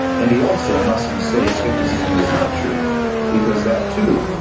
and he also mustn't say skepticism is not true because that, too,